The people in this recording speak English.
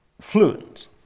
fluent